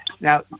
Now